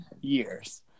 years